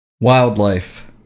wildlife